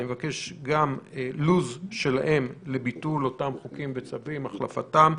אני מבקש גם לו"ז שלהם לביטול אותם חוקים וצווים והחלפתם,